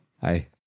Hi